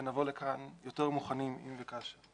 ונבוא לכאן יותר מוכנים אם וכאשר.